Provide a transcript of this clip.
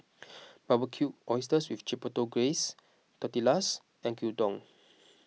Barbecued Oysters with Chipotle Glaze Tortillas and Gyudon